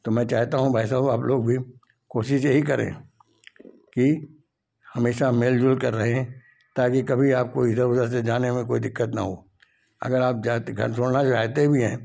तो मैं चाहता हूँ भाई साहब आप लोग भी कोशिश यही करें कि हमेशा मिलजुल कर रहे ताकि कभी आपको इधर उधर से जाने में कोई दिक्कत ना हो अगर आप जाते घर छोड़ना चाहते भी हैं